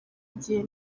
igihe